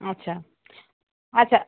আচ্ছা আচ্ছা